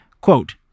Quote